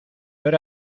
hora